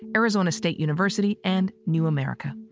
arizona state university and new america.